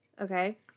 Okay